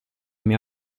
mio